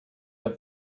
have